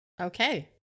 okay